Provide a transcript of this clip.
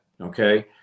okay